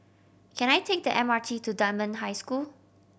can I take the M R T to Dunman High School